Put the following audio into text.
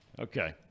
Okay